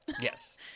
Yes